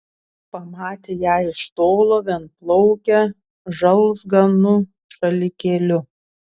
pamatė ją iš tolo vienplaukę žalzganu šalikėliu